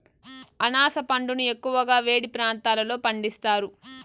అనాస పండును ఎక్కువగా వేడి ప్రాంతాలలో పండిస్తారు